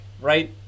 right